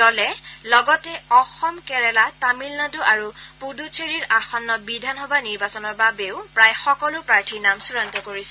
দলে লগতে অসম কেৰালা তামিলনাডু আৰু পুডুচেৰীৰ আসন্ন বিধানসভা নিৰ্বাচনৰ বাবেও প্ৰায় সকলো প্ৰাৰ্থীৰ নাম চুড়ান্ত কৰিছে